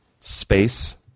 space